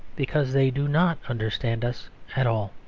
because they do not understand us at all.